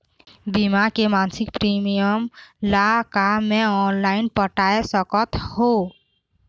बीमा के मासिक प्रीमियम ला का मैं ऑनलाइन पटाए सकत हो?